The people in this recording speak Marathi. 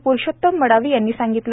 प्रुषोत्तम मडावी यांनी सांगितले